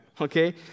okay